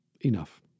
enough